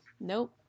nope